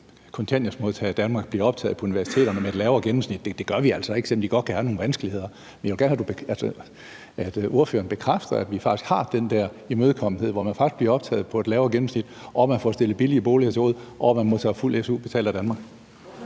af kontanthjælpsmodtagere i Danmark bliver optaget på universiteterne med et lavere gennemsnit. Det gør vi altså ikke, selv om de godt kan have nogle vanskeligheder. Men jeg vil godt have, at ordføreren bekræfter, at vi faktisk har den der imødekommenhed, der betyder, at man faktisk bliver optaget med et lavere gennemsnit, får stillet en billig bolig til rådighed og modtager fuld su betalt af Danmark.